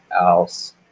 else